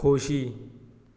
खोशी